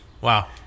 Wow